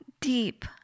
deep